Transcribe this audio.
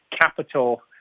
Capital